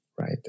right